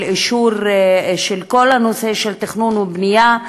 של אישור של כל הנושא של תכנון ובנייה,